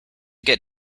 get